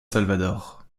salvador